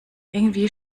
irgendwie